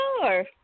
Sure